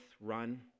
run